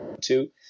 two